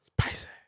Spicy